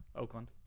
Oakland